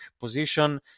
position